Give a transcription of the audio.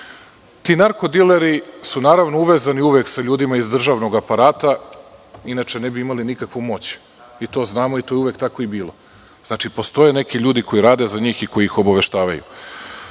Ti narkodileri su povezani uvek sa ljudima iz državnog aparata, inače ne bi imali nikakvu moć. To znamo i to je uvek tako i bilo. Znači, postoje neki ljudi koji rade za njih, koji ih obaveštavaju.